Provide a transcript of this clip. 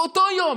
באותו יום.